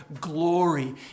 glory